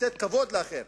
לתת כבוד לאחר,